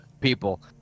People